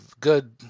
good